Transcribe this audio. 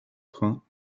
train